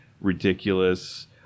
ridiculous